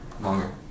Longer